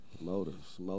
Motives